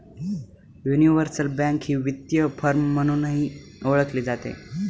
universal bank ही वित्तीय firm म्हणूनही ओळखली जाते